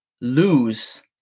lose